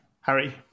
Harry